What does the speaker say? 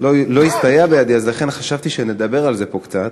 לא הסתייע בידי, לכן חשבתי שנדבר על זה פה קצת.